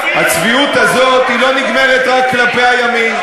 הצביעות הזאת לא נגמרת רק כלפי הימין.